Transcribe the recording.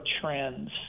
trends